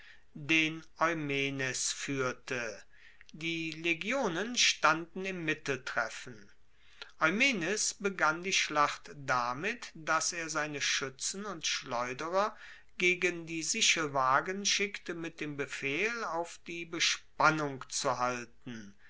den eumenes fuehrte die legionen standen im mitteltreffen eumenes begann die schlacht damit dass er seine schuetzen und schleuderer gegen die sichelwagen schickte mit dem befehl auf die bespannung zu halten